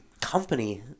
company